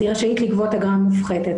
היא רשאית לגבות אגרה מופחתת.